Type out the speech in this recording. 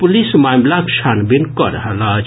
police मामिलाक छानबीन कऽ रहल अछि